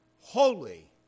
holy